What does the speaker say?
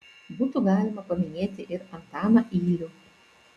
būtų galima paminėti ir antaną ylių